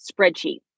spreadsheet